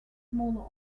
smaller